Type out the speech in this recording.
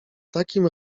takim